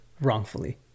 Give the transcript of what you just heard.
wrongfully